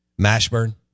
Mashburn